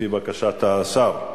לפי בקשת השר.